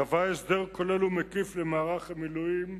קבע הסדר כולל ומקיף למערך המילואים,